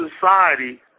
society